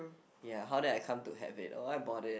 ya how did I come to have it oh I brought it